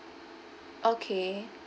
okay